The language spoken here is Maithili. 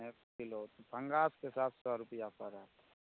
एक किलो पंगासके सात सए रुपैआ पड़त